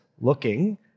looking